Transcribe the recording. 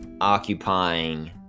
occupying